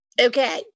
Okay